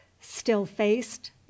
still-faced